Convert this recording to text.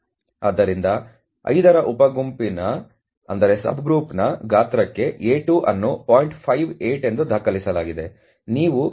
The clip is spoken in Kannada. ಆದ್ದರಿಂದ 5 ರ ಉಪ ಗುಂಪಿನ ಗಾತ್ರಕ್ಕೆ A2 ಅನ್ನು 0